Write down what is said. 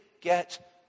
get